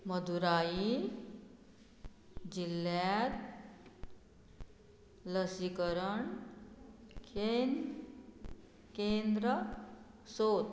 मदुराई जिल्ल्यांत लसीकरण केंद केंद्र सोद